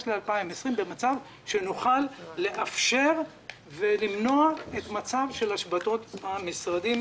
ל-2020 במצב שנוכל לאפשר למנוע את השבתת המשרדים.